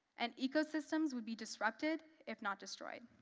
and ecosystems would be disrupted, if not destroyed.